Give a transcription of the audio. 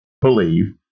believe